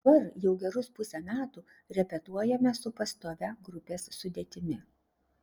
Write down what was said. dabar jau gerus pusę metų repetuojame su pastovia grupės sudėtimi